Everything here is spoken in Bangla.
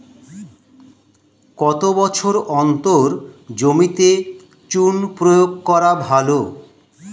কত বছর অন্তর জমিতে চুন প্রয়োগ করা ভালো?